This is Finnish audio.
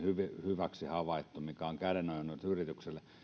hyväksi havaittu mikä on kädenojennus yrityksille